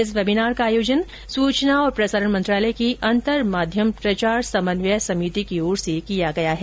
इस वेबिनार का आयोजन सूचना और प्रसारण मंत्रालय की अंतर माध्यम प्रचार समन्वय समिति की ओर से किया जा रहा है